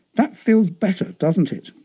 that feels better, doesn't it.